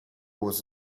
was